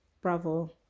Bravo